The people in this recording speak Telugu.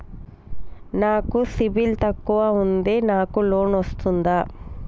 నాకు సిబిల్ తక్కువ ఉంది నాకు లోన్ వస్తుందా?